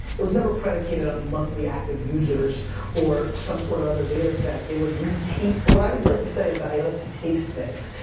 it was never predicated on monthly active users or some sort of other data set. it was me, what i would like to say is that i like to taste things.